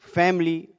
family